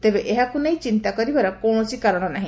ତେବେ ଏହାକୁକ ନେଇ ଚିନ୍ତା କରିବାର କୌଶସି କାରଣ ନାହି